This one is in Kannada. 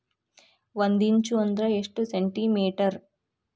ಒಂದಿಂಚು ಅಂದ್ರ ಎಷ್ಟು ಸೆಂಟಿಮೇಟರ್?